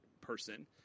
person